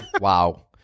Wow